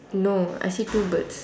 no I see two birds